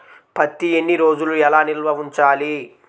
పత్తి ఎన్ని రోజులు ఎలా నిల్వ ఉంచాలి?